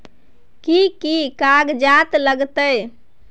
कि कि कागजात लागतै?